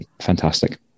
fantastic